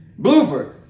Blooper